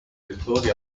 settori